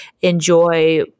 enjoy